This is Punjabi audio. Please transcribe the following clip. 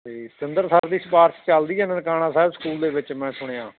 ਅਤੇ ਸਤਿੰਦਰ ਸਰ ਦੀ ਸਿਫਾਰਿਸ਼ ਚੱਲਦੀ ਹੈ ਨਨਕਾਣਾ ਸਾਹਿਬ ਸਕੂਲ ਦੇ ਵਿੱਚ ਮੈਂ ਸੁਣਿਆ